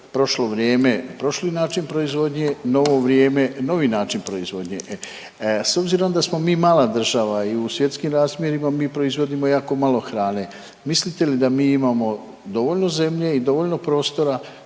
prošlo vrijeme prošli način proizvodnje, novo vrijeme novi način proizvodnje. S obzirom da smo mi mala država i u svjetskim razmjerima mi proizvodimo jako malo hrane, mislite li da mi imamo dovoljno zemlje i dovoljno prostora,